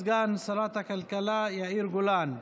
סגן שרת הכלכלה, יאיר גולן.